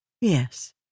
Yes